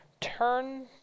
turn